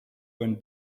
when